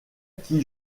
qui